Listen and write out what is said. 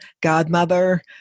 godmother